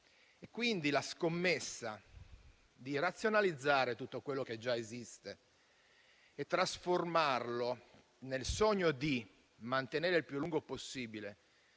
doveri. La scommessa di razionalizzare tutto quello che già esiste e di trasformarlo nel sogno di mantenere il più lungo possibile